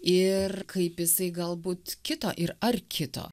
ir kaip jisai galbūt kito ir ar kito